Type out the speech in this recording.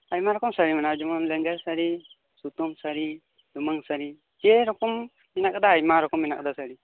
ᱟᱭᱢᱟ ᱨᱚᱠᱚᱢ ᱥᱟᱹᱲᱤ ᱢᱮᱱᱟᱜᱼᱟ ᱡᱮᱢᱚᱱ ᱞᱮᱸᱡᱮᱨ ᱥᱟᱹᱲᱤ ᱥᱩᱛᱟᱹᱢ ᱥᱟᱹᱲᱤ ᱞᱩᱢᱟᱹᱝ ᱥᱟᱲᱤ ᱡᱮᱨᱚᱠᱚᱢ ᱦᱮᱱᱟᱜ ᱠᱟᱫᱟ ᱟᱭᱢᱟ ᱨᱚᱠᱚᱢ ᱢᱮᱱᱟᱜ ᱠᱟᱫᱟ ᱥᱟᱹᱲᱤ